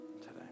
Today